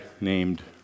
named